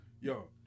Yo